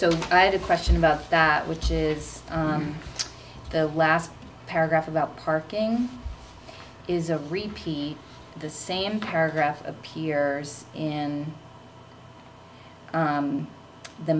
so i had a question about that which is the last paragraph about parking is a repeat the same paragraph appear in